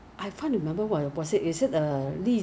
是 meh Singa~ Taiwan welcome 我们 meh